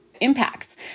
impacts